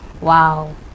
wow